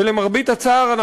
ולמרבה הצער,